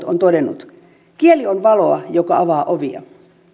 on todennut kieli on valoa joka avaa ovia